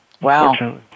Wow